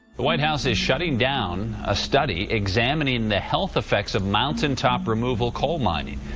the white house is shutting down a study examining the health effects of mountaintop removal coal mining.